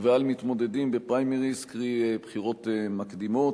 ועל מתמודדים בפריימריז, קרי בחירות מקדימות,